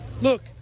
Look